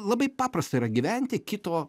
labai paprasta yra gyventi kito